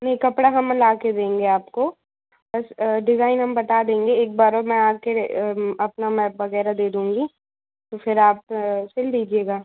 नहीं कपड़ा हम लाके देंगे आपको बस डिज़ाइन हम बता देंगे एक बार मैं आके अपना नाप वगैरह दे दूँगी तो फिर आप सिल दीजिएगा